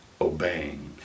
obeying